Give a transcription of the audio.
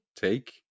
take